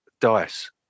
dice